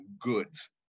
goods